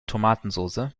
tomatensoße